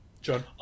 John